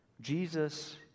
Jesus